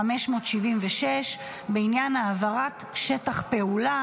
מ/576), בעניין העברת שטח פעולה.